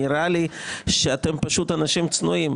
שאתם פשוט אנשים צנועים.